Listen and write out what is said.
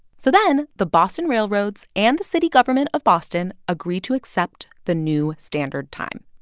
so then the boston railroads and the city government of boston agree to accept the new standard time.